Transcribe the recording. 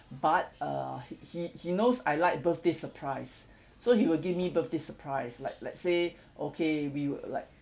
but uh h~ he he knows I like birthday surprise so he will give me birthday surprise like let's say okay we would like